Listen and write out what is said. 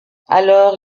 alors